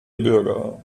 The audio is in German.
bürger